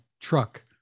truck